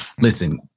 listen